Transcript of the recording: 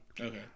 okay